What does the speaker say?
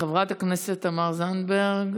חברת הכנסת תמר זנדברג.